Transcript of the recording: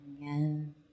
Again